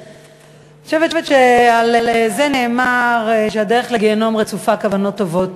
אני חושבת שעל זה נאמר שהדרך לגיהינום רצופה כוונות טובות.